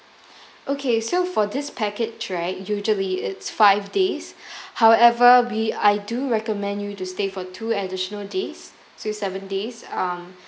okay so for this package right usually it's five days however we I do recommend you to stay for two additional days so seven days um